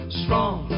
strong